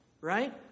Right